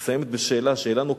היא מסיימת בשאלה נוקבת,